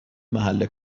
محل